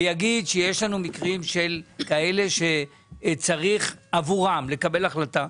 ושיגיד שיש לנו מקרים כאלה שצריך עבורם לקבל החלטה,